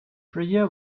priya